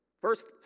first